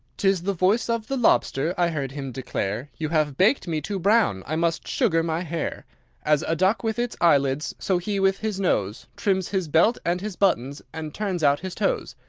tis the voice of the lobster i heard him declare, you have baked me too brown, i must sugar my hair as a duck with its eyelids, so he with his nose trims his belt and his buttons, and turns out his toes.